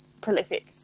prolific